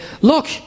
Look